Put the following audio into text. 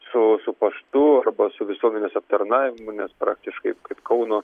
su su paštu arba su visuomenės aptarnavimu nes praktiškai kaip kauno